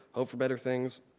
hope for better things,